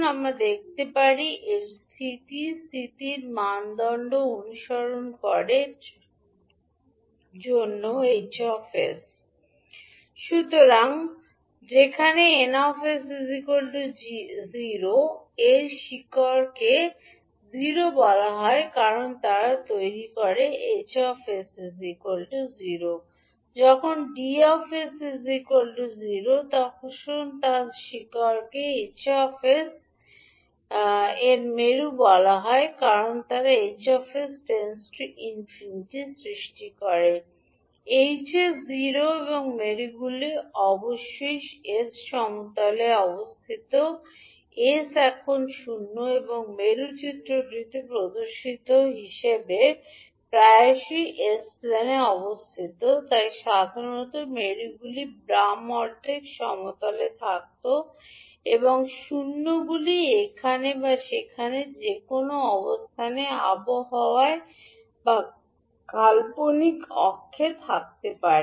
আমরা দেখতে পারি স্থিতির মানদণ্ড অনুসরণ করার জন্য 𝐻 𝑠 সুতরাং যেখানে 𝑁 𝑠 0 এর শিকড়কে make 𝑠 এর জিরো বলা হয় কারণ তারা তৈরি করে 𝐻 𝑠 0 যখন 𝐷 𝑠 0 এর শিকড়কে 𝐻 𝑠 les 𝑠 এর মেরু বলা হয় কারণ তারা 𝐻 𝑠 →∞ সৃষ্টি করে ∞ 𝐻 এর জিরো এবং মেরুগুলি প্রায়শই 𝑠 সমতলে অবস্থিত 𝑠 এখন শূন্য এবং মেরু চিত্রটিতে প্রদর্শিত হিসাবে often প্রায়শই s প্লেনে অবস্থিত তাই সাধারণত মেরুগুলি বাম অর্ধেক সমতলে থাকত এবং শূন্যগুলি এখানে বা সেখানে যে কোনও অবস্থানের আবহাওয়ায় বা কাল্পনিক অক্ষে থাকতে পারে